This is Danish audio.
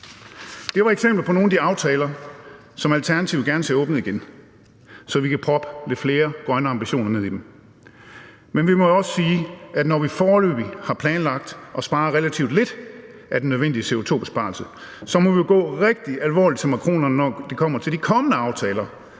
Det var eksempler på nogle af de aftaler, som Alternativet gerne ser åbnet igen, så vi kan proppe lidt flere grønne ambitioner ned i dem. Kl. 18:02 Men vi må jo også sige, at når vi foreløbig har planlagt at opnå relativt lidt af den nødvendige CO2-besparelse, så må vi gå rigtig alvorligt til makronerne, når det kommer til de kommende aftaler